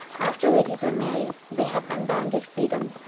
after ladies are married, they have unbounded freedom.